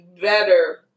better